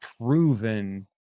proven